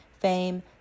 fame